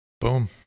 Boom